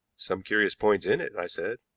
some curious points in it, i said.